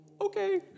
okay